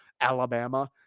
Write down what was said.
Alabama